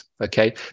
okay